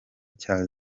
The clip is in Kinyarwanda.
cya